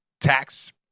tax